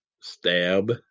stab